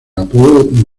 apodo